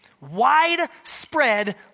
Widespread